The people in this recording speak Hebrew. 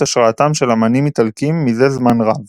השראתם של אמנים איטלקים מזה זמן רב.